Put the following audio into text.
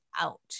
out